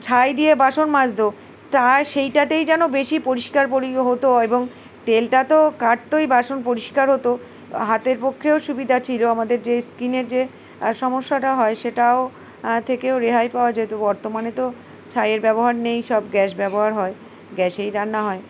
ছাই দিয়ে বাসন মাজতো তা সেইটাতেই যেন বেশি পরিষ্কার পরি হতো এবং তেলটা তো কাটতোই বাসন পরিষ্কার হতো হাতের পক্ষেও সুবিধা ছিল আমাদের যে স্কিনের যে সমস্যাটা হয় সেটাও থেকেও রেহাই পাওয়া যেত বর্তমানে তো ছাইয়ের ব্যবহার নেই সব গ্যাস ব্যবহার হয় গ্যাসেই রান্না হয়